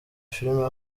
filime